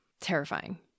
terrifying